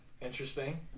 interesting